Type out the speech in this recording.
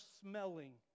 smelling